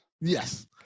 Yes